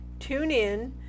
TuneIn